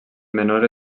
menor